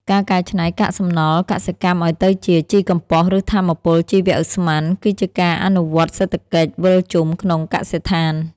ការកែច្នៃកាកសំណល់កសិកម្មឱ្យទៅជាជីកំប៉ុស្ត ឬថាមពលជីវឧស្ម័ន គឺជាការអនុវត្តសេដ្ឋកិច្ចវិលជុំក្នុងកសិដ្ឋាន។